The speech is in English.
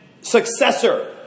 successor